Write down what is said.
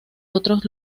otros